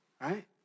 Right